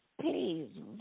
Please